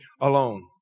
alone